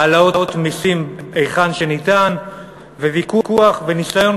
העלאות מסים היכן שניתן וויכוח וניסיון